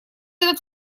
этот